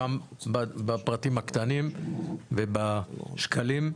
גם בפרטים הקטנים ובשקלים,